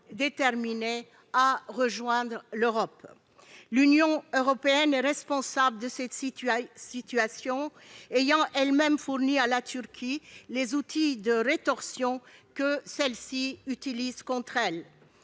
déterminés à rejoindre l'Europe. L'Union européenne est responsable de cette situation, ayant elle-même fourni à la Turquie les outils de rétorsion que celle-ci utilise contre elle.